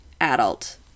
adult